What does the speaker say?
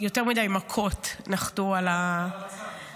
יותר מדיי מכות נחתו על --- קורונה,